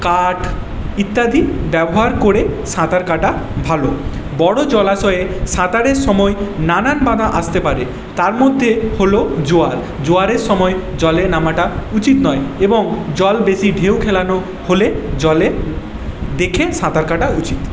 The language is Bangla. কাঠ ইত্যাদি ব্যবহার করে সাঁতার কাটা ভালো বড় জলাশয়ে সাঁতারের সময় নানান বাধা আসতে পারে তার মধ্যে হল জোয়ার জোয়ারের সময় জলে নামাটা উচিত নয় এবং জল বেশী ঢেউ খেলানো হলে জলে দেখে সাঁতার কাটা উচিত